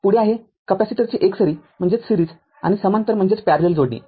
पुढे आहे कॅपॅसिटरची एकसरी आणि समांतर जोडणी